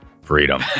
Freedom